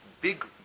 big